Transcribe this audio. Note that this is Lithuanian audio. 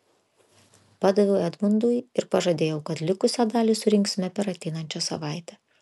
padaviau edmundui ir pažadėjau kad likusią dalį surinksime per ateinančią savaitę